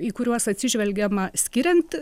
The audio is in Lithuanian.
į kuriuos atsižvelgiama skiriant